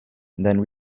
then